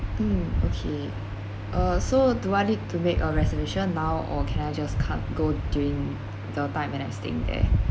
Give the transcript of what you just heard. mm okay uh so do I need to make a reservation now or can I just can't go during the time when I'm staying there